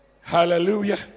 hallelujah